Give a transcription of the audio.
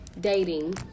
Dating